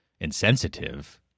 insensitive